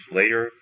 later